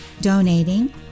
donating